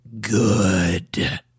good